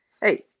hey